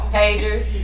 Pagers